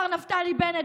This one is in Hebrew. מר נפתלי בנט,